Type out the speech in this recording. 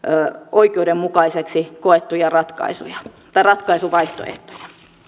epäoikeudenmukaisiksi koettuja ratkaisuvaihtoehtoja